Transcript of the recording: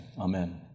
amen